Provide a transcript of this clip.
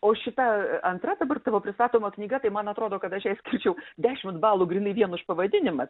o šita antra dabar tavo pristatoma knyga tai man atrodo kad aš jai skirčiau dešimt balų grynai vien už pavadinimą